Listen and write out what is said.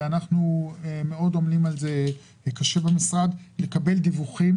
ואנחנו עומלים על זה קשה במשרד לקבל דיווחים